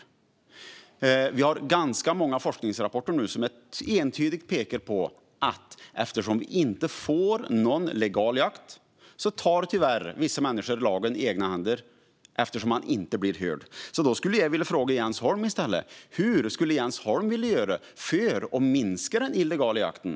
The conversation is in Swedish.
Det finns nu ganska många forskningsrapporter som entydigt pekar på att eftersom det inte finns någon legal jakt tar tyvärr vissa människor lagen i egna händer då de inte blir hörda. Jag skulle vilja fråga Jens Holm vad han vill göra för att minska den illegala jakten.